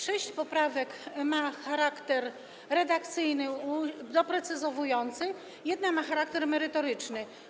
Sześć poprawek ma charakter redakcyjny, doprecyzowujący, jedna ma charakter merytoryczny.